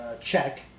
check